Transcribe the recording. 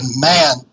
man